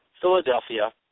Philadelphia